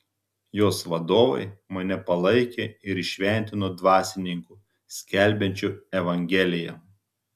jos vadovai mane palaikė ir įšventino dvasininku skelbiančiu evangeliją